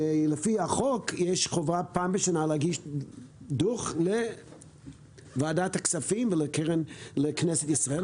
לפי החוק יש חובה פעם בשנה להגיש דוח לוועדת הכלכלה ולקרן לכנסת ישראל.